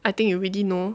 I think you already know